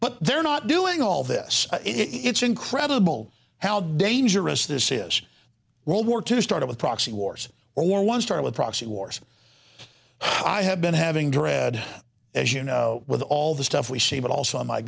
but they're not doing all this it's incredible how dangerous this is world war two started with proxy wars or one start with proxy wars i have been having dread as you know with all the stuff we see but also